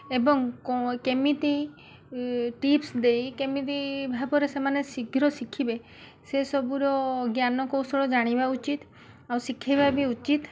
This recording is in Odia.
ଏବଂ କେମିତି ଟିପ୍ସ ଦେଇ କେମିତି ଭାବରେ ସେମାନେ ଶୀଘ୍ର ଶିଖିବେ ସେ ସବୁ ର ଜ୍ଞାନକୌଶଳ ଜାଣିବା ଉଚିତ୍ ଆଉ ଶିଖେଇବା ବି ଉଚିତ୍